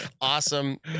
Awesome